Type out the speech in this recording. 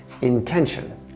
Intention